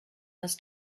has